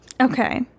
Okay